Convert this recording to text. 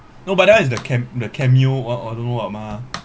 no but that one is the camp the camp U what don't know what mah